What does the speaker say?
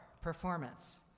performance